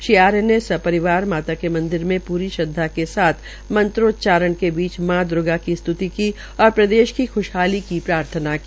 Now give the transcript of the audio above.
श्री आर्य ने सपरिवार माता मनसा देवी में पूरी श्रद्वा के साथ मंत्रोच्चारण क बीच मां द्र्गा की स्त्ति की और प्रदेश की ख्शहाली की प्रार्थना की